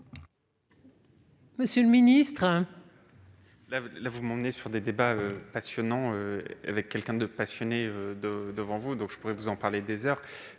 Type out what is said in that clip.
monsieur le ministre